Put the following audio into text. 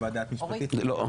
לא.